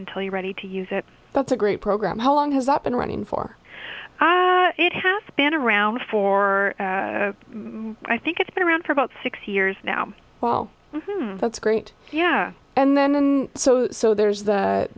until you're ready to use it that's a great program how long is up and running for it has been around for i think it's been around for about six years now well that's great yeah and then so so there's the